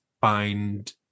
find